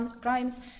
crimes